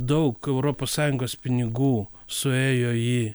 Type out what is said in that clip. daug europos sąjungos pinigų suėjo į